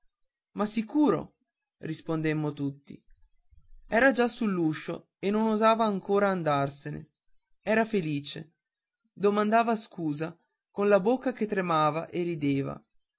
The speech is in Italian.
ma sicuro rispondemmo tutti era già sull'uscio e non osava ancora andarsene era felice domandava scusa con la bocca che tremava e rideva